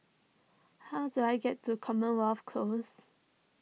how do I get to Commonwealth Close